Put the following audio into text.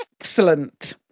excellent